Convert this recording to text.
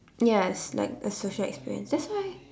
yes like a social experience that's why